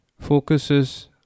focuses